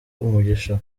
umugisha